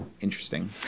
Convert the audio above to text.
interesting